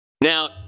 Now